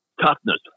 toughness